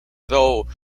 though